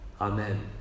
Amen